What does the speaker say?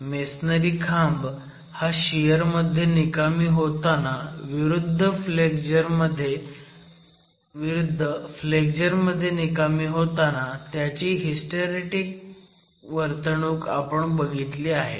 masonry खांब हा शियरमध्ये निकामी होताना विरुद्ध फ्लेक्झर मध्ये निकामी होताना त्याची हिस्टेरेटिक वर्तणूक आपण बघितली आहे